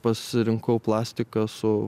pasirinkau plastiką su